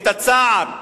את הצער,